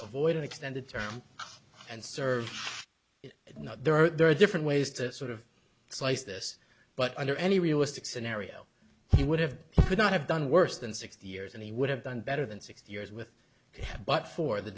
of void an extended term and serve there are there are different ways to sort of slice this but under any realistic scenario he would have would not have done worse than sixty years and he would have done better than six years with him but for the